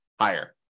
higher